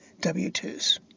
W-2s